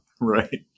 Right